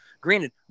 Granted